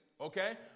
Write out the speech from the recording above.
Okay